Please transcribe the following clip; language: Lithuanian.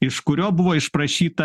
iš kurio buvo išprašyta